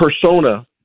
persona